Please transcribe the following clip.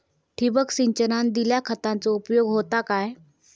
ठिबक सिंचनान दिल्या खतांचो उपयोग होता काय?